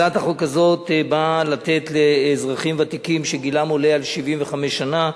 הצעת החוק הזאת באה לתת לאזרחים ותיקים שגילם עולה על 75 שנה,